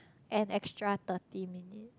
an extra thirty minute